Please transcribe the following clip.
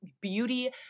beauty